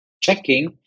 checking